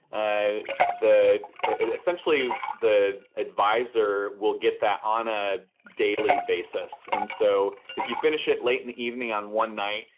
ah the essentially, the adviser will get that on a daily basis. basis. and so if you finish it late in the evening on one night,